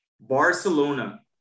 Barcelona